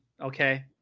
Okay